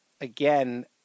again